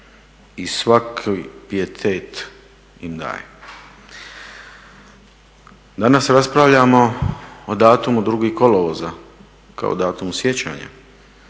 i svaki pijetet im daje. Danas raspravljamo o datumu 2. kolovoza kao datumu sjećanja